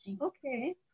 okay